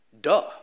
Duh